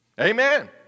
Amen